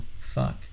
fuck